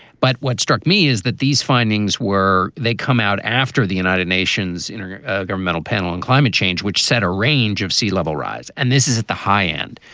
but what struck me is that these findings were they come out after the united nations governmental panel on climate change, which set a range of sea level rise. and this is at the high end.